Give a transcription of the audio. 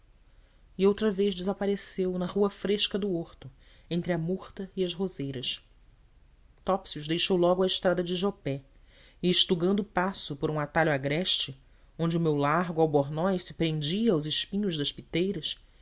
e outra vez desapareceu na rua fresca do horto entre a murta e as roseiras topsius deixou logo a estrada de jopé e estugando o passo por um atalho agreste onde o meu largo albornoz se prendia aos espinhos das